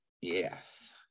Yes